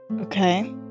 Okay